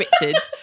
Richard